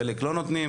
חלק לא נותנים.